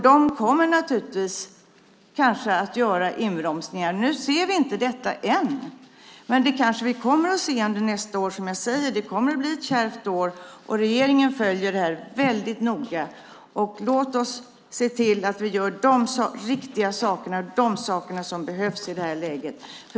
De kommer kanske att göra inbromsningar. Vi ser inte det än, men vi kanske kommer att se det under nästa år. Som jag säger kommer det att bli ett kärvt år, och regeringen följer det här noga. Låt oss se till att vi gör de riktiga sakerna - de saker som behövs i det här läget!